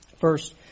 First